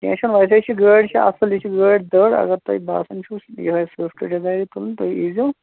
کیٚنٛہہ چھُنہٕ ویسے چھِ گٲڑۍ چھِ اَصٕل یہِ چھِ گٲڑۍ دٔڑ اگر تۄہہِ باسان چھُ یِہے سِوِفٹ ڈِزایَرا تُلُنۍ تُہۍ ییٖزیٚو